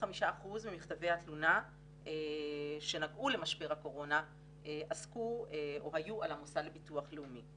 ש-75% ממכתבי התלונה שנגעו למשבר הקורונה היו על המוסד לביטוח לאומי,